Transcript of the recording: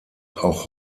auch